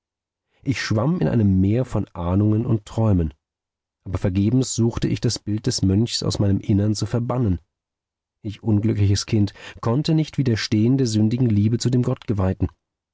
ich schwamm in einem meer von ahnungen und träumen aber vergebens suchte ich das bild des mönchs aus meinem innern zu verbannen ich unglückliches kind konnte nicht widerstehen der sündigen liebe zu dem gottgeweihten